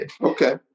Okay